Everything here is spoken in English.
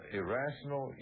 irrational